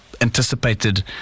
anticipated